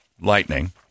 lightning